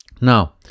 Now